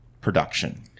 production